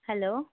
hello